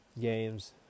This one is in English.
games